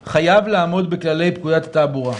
עם זאת אנחנו חייבים לתת שירות לבתי עלמין.